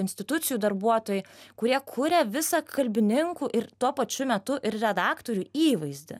institucijų darbuotojai kurie kuria visą kalbininkų ir tuo pačiu metu ir redaktorių įvaizdį